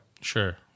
Sure